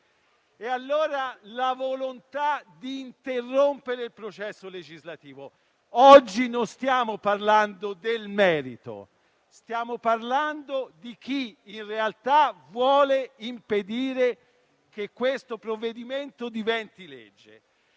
alla volontà di interrompere il processo legislativo, dunque, oggi non stiamo parlando del merito, ma di chi, in realtà, vuole impedire che questo provvedimento diventi legge,